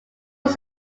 was